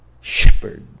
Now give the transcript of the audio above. shepherd